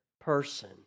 person